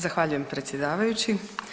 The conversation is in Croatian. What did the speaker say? Zahvaljujem predsjedavajući.